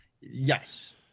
yes